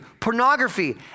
pornography